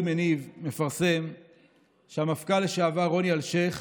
מניב מפרסם שהמפכ"ל לשעבר רוני אלשיך